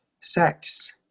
sex